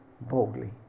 boldly